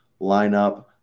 lineup